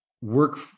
work